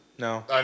No